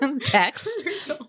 text